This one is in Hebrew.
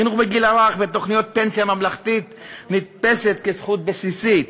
חינוך בגיל הרך ותוכנית פנסיה ממלכתית נתפסת כזכות בסיסית.